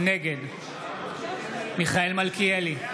נגד מיכאל מלכיאלי,